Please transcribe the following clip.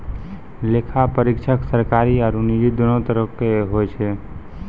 लेखा परीक्षक सरकारी आरु निजी दोनो तरहो के होय छै